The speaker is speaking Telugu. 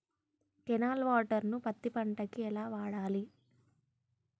కెనాల్ వాటర్ ను పత్తి పంట కి ఎలా వాడాలి?